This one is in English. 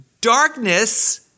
Darkness